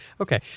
Okay